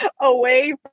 away